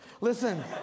Listen